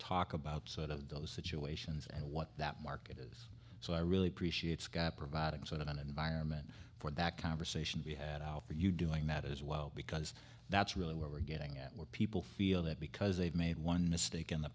talk about sort of those situations and what that market is so i really appreciate scott providing sort of an environment for that conversation we had out for you doing that as well because that's really what we're getting at where people feel that because they've made one mistake in the